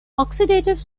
oxidative